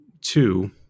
Two